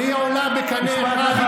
והיא עולה בקנה אחד,